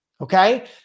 okay